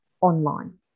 online